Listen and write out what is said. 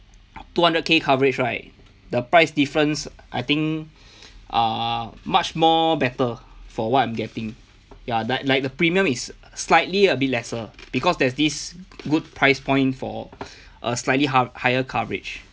two hundred K coverage right the price difference I think uh much more better for what I'm getting ya like like the premium is slightly a bit lesser because there's this good price point for a slightly hal~ higher coverage